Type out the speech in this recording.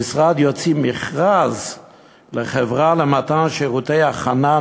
המשרד יוציא מכרז ל"חברה למתן שירותי הכנה,